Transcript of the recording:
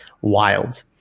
wild